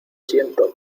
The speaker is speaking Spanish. siento